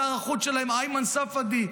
עם שר החוץ שלהם איימן א-ספדי,